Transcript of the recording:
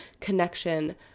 connection